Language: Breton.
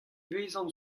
vezan